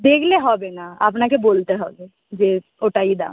দেখলে হবে না আপনাকে বলতে হবে যে ওটাই দাম